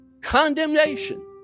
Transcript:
condemnation